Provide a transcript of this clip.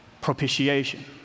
Propitiation